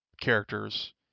characters